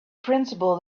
principle